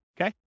Okay